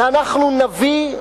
ואנחנו נביא,